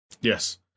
Yes